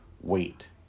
wait